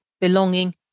belonging